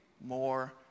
more